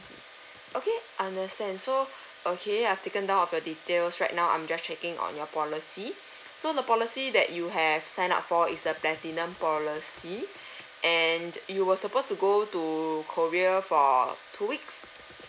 okay understand so okay I've taken down of your details right now I'm just checking on your policy so the policy that you have signed up for is the platinum policy and you were supposed to go to korea for two weeks